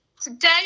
Today